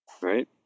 Right